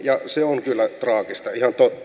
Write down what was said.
ja se on kyllä traagista ihan totta